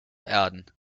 erden